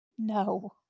no